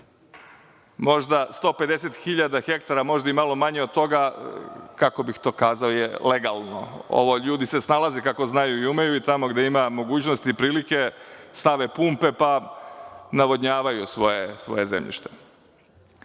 možda 150.000 hektara, možda malo manje od toga, kako bih to kazao, je legalno. LJudi se snalaze kako znaju i umeju i tamo gde ima mogućnosti i prilike stave pumpe, pa navodnjavaju svoje zemljište. Ministar